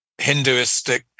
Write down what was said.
Hinduistic